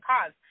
cause